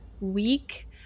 week